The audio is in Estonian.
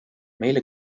meile